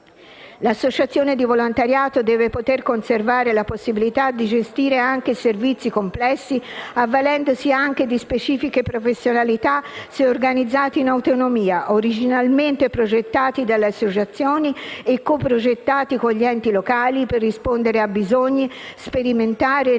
L'associazione di volontariato deve poter conservare la possibilità di gestire anche servizi complessi avvalendosi anche di specifiche professionalità se organizzati in autonomia, originalmente progettati dalle associazioni o co-progettati con gli enti locali per rispondere a bisogni, sperimentare, innovare